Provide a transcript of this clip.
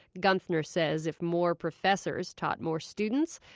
guenthner says if more professors taught more students,